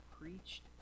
preached